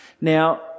Now